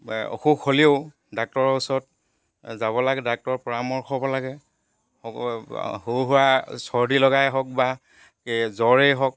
অসুখ হ'লেও ডাক্তৰৰ ওচৰত যাব লাগে ডাক্টৰৰ পৰামৰ্শ হ'ব লাগে সৰু সুৰা চৰ্দি লগাই হওক বা জ্বৰেই হওক